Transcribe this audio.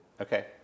Okay